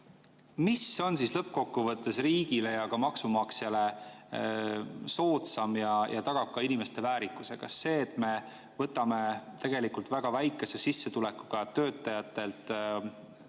Mis on siis lõppkokkuvõttes riigile ja maksumaksjale soodsam ja tagab ka inimeste väärikuse, kas see, et me võtame väga väikese sissetulekuga töötajalt osa